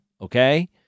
okay